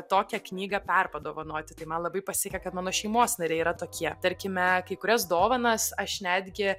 tokią knygą perpadovanoti tai man labai pasisekė kad mano šeimos nariai yra tokie tarkime kai kurias dovanas aš netgi